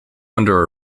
under